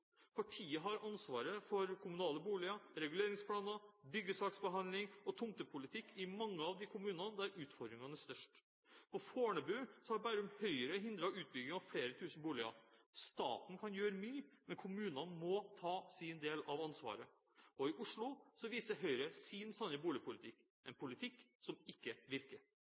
Partiet har ansvaret for kommunale boliger, reguleringsplaner, byggesaksbehandling og tomtepolitikk i mange av de kommunene der utfordringene er størst. På Fornebu har Bærum Høyre hindret utbygging av flere tusen boliger. Staten kan gjøre mye, men kommunene må ta sin del av ansvaret. I Oslo viser Høyre sin sanne boligpolitikk – en politikk som ikke virker.